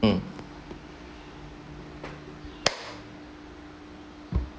mmhmm